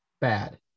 Bad